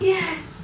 Yes